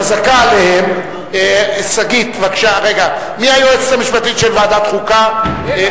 חזקה עליהם, מי היועצת המשפטית של ועדת החוקה?